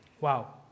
Wow